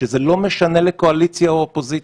וזה לא משנה אם זה קואליציה או אופוזיציה.